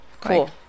cool